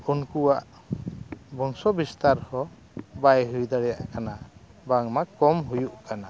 ᱩᱱᱠᱩᱣᱟᱜ ᱵᱚᱝᱥᱚ ᱵᱤᱥᱛᱟᱨ ᱦᱚᱸ ᱵᱟᱭ ᱦᱩᱭ ᱫᱟᱲᱮᱭᱟᱜ ᱠᱟᱱᱟ ᱵᱟᱝᱢᱟ ᱠᱚᱢ ᱦᱩᱭᱩᱜ ᱠᱟᱱᱟ